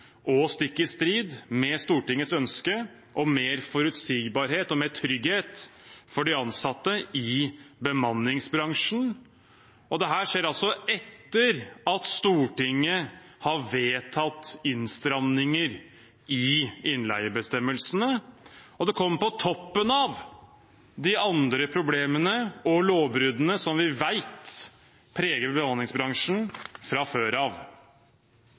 og stikk i strid med Stortingets ønske om mer forutsigbarhet og mer trygghet for de ansatte i bemanningsbransjen. Dette skjer altså etter at Stortinget har vedtatt innstramninger i innleiebestemmelsene, og det kommer på toppen av de andre problemene og lovbruddene som vi vet preger bemanningsbransjen fra før av.